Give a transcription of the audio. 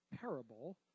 parable